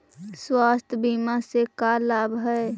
स्वास्थ्य बीमा से का लाभ है?